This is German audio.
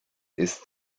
ist